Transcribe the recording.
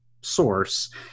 source